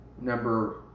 Number